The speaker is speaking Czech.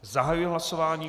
Zahajuji hlasování.